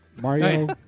Mario